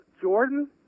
Jordan